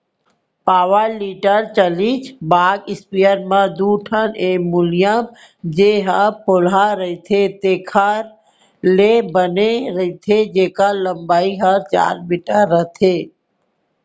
power tiller चलित बाग spare म दू ठन एलमोनियम जेन ह पोलहा रथे तेकर ले बने रथे जेकर लंबाई हर चार मीटर रथे